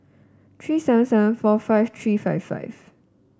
three seven seven four five three five five